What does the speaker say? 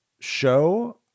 Show